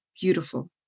beautiful